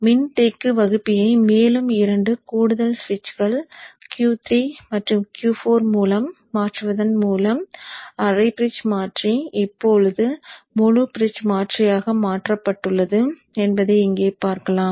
மின்தேக்கி வகுப்பியை மேலும் 2 கூடுதல் சுவிட்சுகள் Q3 மற்றும் Q4 மூலம் மாற்றுவதன் மூலம் அரை பிரிட்ஜ் மாற்றி இப்போது முழு பிரிட்ஜ் மாற்றியாக மாற்றப்பட்டுள்ளது என்பதை இங்கே பார்க்கிறேன்